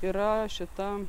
yra šita